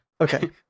Okay